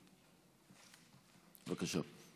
בבקשה.